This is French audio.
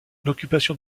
l’occupation